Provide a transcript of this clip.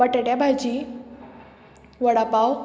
पटेट्या भाजी वडा पाव